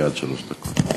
עד שלוש דקות.